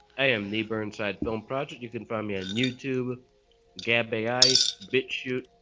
i am nee burnside film project. you can find me on youtube gabbay ice bitch shoot.